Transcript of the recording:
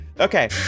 Okay